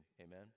amen